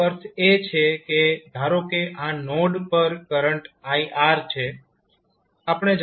આનો અર્થ એ છે કે ધારો કે આ નોડ પર કરંટ iR છે